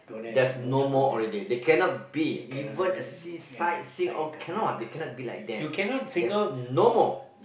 there's no more already there cannot be even a sea side team they cannot they cannot be like them there's no more